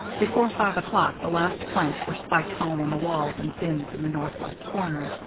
before five o'clock the last planks were spiked home on the walls and bins in the northwest corner.